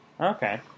okay